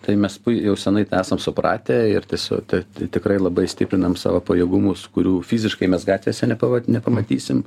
tai mes jau senai tą esam supratę ir tiesio t tikrai labai stiprinam savo pajėgumus kurių fiziškai mes gatvėse nepavat nepamatysim